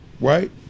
Right